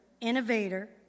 innovator